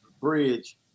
Bridge